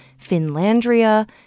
Finlandria